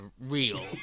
real